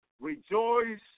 rejoice